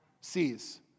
sees